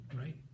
right